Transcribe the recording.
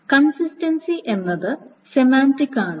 consistency എന്നത് semantic ആണ്